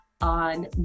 on